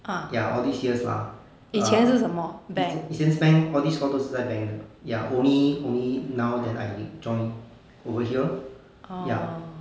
ya all these years lah ah 以前以前是 bank all these while 都是在 bank 的 ya only only now then I can join over here lor ya